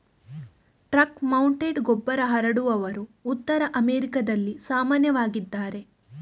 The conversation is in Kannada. ಟ್ರಕ್ ಮೌಂಟೆಡ್ ಗೊಬ್ಬರ ಹರಡುವವರು ಉತ್ತರ ಅಮೆರಿಕಾದಲ್ಲಿ ಸಾಮಾನ್ಯವಾಗಿದ್ದಾರೆ